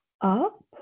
up